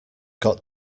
got